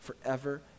forever